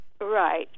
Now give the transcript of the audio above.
Right